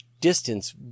distance